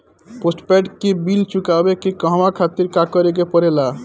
Postpaid के bill चुकावे के कहवा खातिर का करे के पड़ें ला?